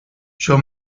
show